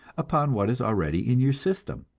upon what is already in your system.